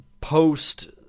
post